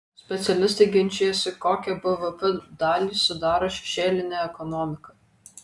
specialistai ginčijasi kokią bvp dalį sudaro šešėlinė ekonomika